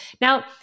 Now